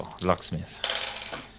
Locksmith